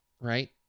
right